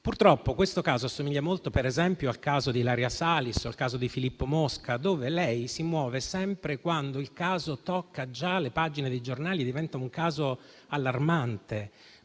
Purtroppo, questo caso assomiglia molto, per esempio, a quello di Ilaria Salis e a quello di Filippo Mosca, dove lei si muove sempre quando il caso tocca già le pagine dei giornali e diventa un caso allarmante,